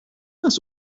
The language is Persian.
است